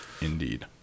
indeed